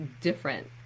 different